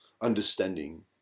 understanding